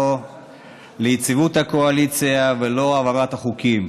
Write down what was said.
לא ליציבות הקואליציה ולא להעברת החוקים.